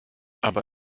aber